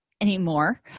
anymore